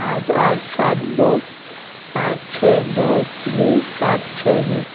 آٹھ آٹھ سات دو پانچ چھ دو تین سات چھ ہے